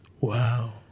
Wow